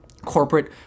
corporate